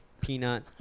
Peanut